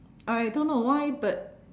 I don't know why but